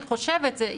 לדעתי,